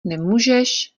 nemůžeš